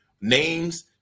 names